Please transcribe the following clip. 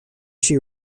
she